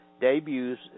debuts